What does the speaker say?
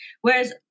Whereas